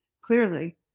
clearly